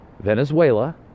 Venezuela